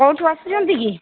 କୋଉଠୁ ଆସିଛନ୍ତି କି